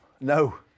No